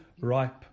ripe